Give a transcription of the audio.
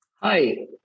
Hi